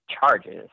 Charges